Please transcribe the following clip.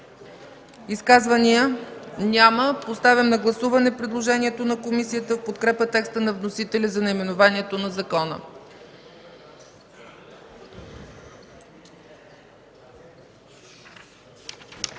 Изказвания? Няма. Поставям на гласуване предложението на комисията в подкрепа текста на вносителя за наименованието на закона.